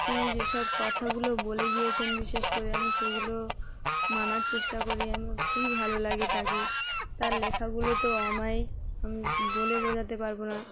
তিনি যেসব কথাগুলো বলে গিয়েছেন বিশেষ করে আমি সেগুলো মানার চেষ্টা করি আমার খুবই ভালো লাগে তাকে তার লেখাগুলো তো অমায়িক আমি বলে বোঝাতে পারবো না